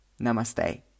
Namaste